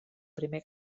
primer